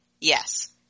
Yes